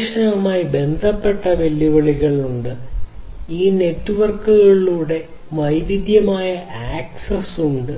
പ്രവേശനവുമായി ബന്ധപ്പെട്ട് വെല്ലുവിളികളുണ്ട് ഈ നെറ്റ്വർക്കുകളിലൂടെ വൈവിധ്യമാർന്ന ആക്സസ് ഉണ്ട്